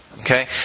Okay